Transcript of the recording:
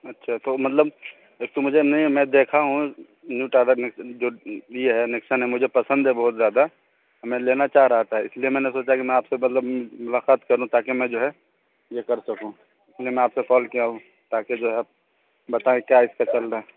اچھا تو مطلب ایک تو مجھے نہیں میں دیکھا ہوں نیو ٹاٹا جو یہ ہے نیکسن ہے مجھے پسند ہے بہت زیادہ میں لینا چاہ رہا تھا اس لیے میں نے سوچا کہ میں آپ سے مطلب ملاقات کروں تاکہ میں جو ہے یہ کر سکوں اس لیے میں آپ سے کال کیا ہوں تاکہ جو ہے بتائیں کیا اس کے چل رہے ہیں